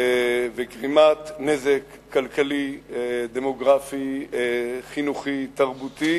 וגרימת נזק כלכלי, דמוגרפי, חינוכי, תרבותי